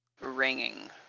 ringing